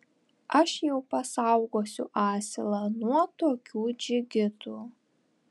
aš jau pasaugosiu asilą nuo tokių džigitų